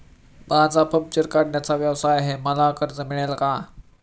माझा पंक्चर काढण्याचा व्यवसाय आहे मला कर्ज मिळेल का?